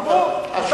אמרו.